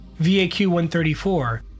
VAQ-134